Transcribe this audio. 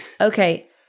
Okay